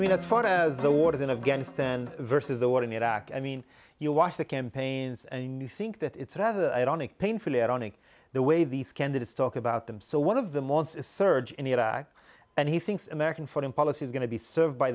i mean as far as the wars in afghanistan versus the war in iraq i mean you watch the campaigns and you think that it's rather ironic painfully ironic the way these candidates talk about them so one of the most is surge in iraq and he thinks american foreign policy is going to be served by